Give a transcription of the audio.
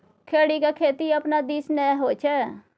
खेढ़ीक खेती अपना दिस नै होए छै